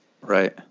Right